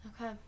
okay